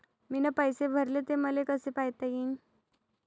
मीन पैसे भरले, ते मले कसे पायता येईन?